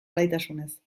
alaitasunez